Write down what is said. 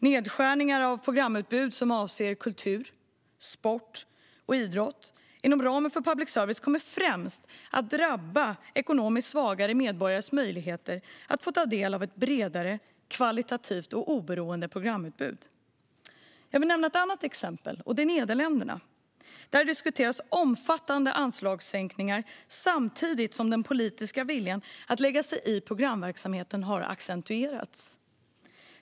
Nedskärningar av programutbud som avser kultur, sport och idrott inom ramen för public service kommer främst att drabba ekonomiskt svagare medborgares möjligheter att få ta del av ett bredare, kvalitativt och oberoende programutbud. Jag vill nämna ett annat exempel, och det är Nederländerna. Där diskuteras omfattande anslagssänkningar samtidigt som den politiska viljan att lägga sig i programverksamheten har accentuerats.